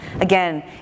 Again